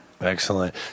Excellent